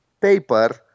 paper